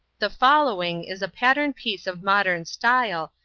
the following is a pattern piece of modern style,